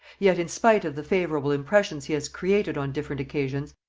yet in spite of the favourable impressions he has created on different occasions,